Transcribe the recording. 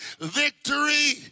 Victory